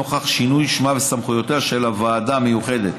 נוכח שינוי שמה וסמכויותיה של הוועדה המיוחדת.